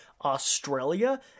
Australia